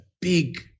big